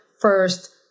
first